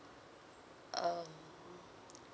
um